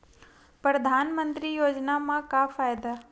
परधानमंतरी योजना म का फायदा?